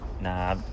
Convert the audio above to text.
Nah